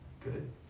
Good